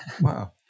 Wow